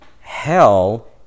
hell